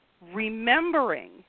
remembering